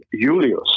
Julius